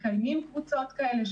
מקיימים קבוצות כאלה.